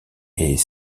est